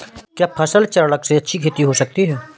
क्या फसल चक्रण से अच्छी खेती हो सकती है?